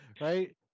right